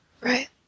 Right